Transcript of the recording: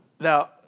Now